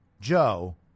Joe